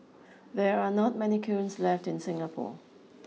there are not many kilns left in Singapore